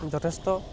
যথেষ্ট